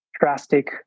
drastic